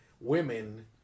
women